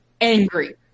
angry